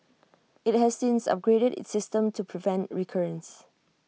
IT has since upgraded its system to prevent recurrence